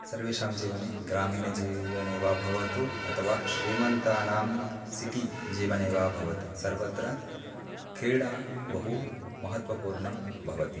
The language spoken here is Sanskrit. सर्वेषां जीवने ग्रामीणजीवने वा भवतु अथवा श्रीमतां सिटि जीवने वा भवति सर्वत्र क्रीडा बहु महत्वपूर्णं भवति